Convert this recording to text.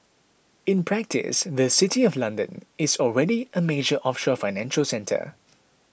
in practice the City of London is already a major offshore financial centre